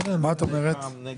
מה את אומרת?